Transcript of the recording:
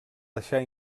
deixar